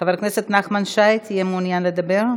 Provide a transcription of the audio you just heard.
חבר הכנסת נחמן שי, תהיה מעוניין לדבר?